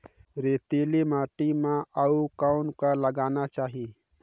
रेतीली माटी म अउ कौन का लगाना चाही?